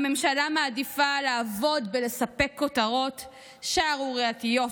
הממשלה מעדיפה לעבוד ולספק כותרות שערורייתיות,